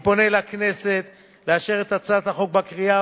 אני פונה לכנסת לאשר את הצעת החוק בקריאה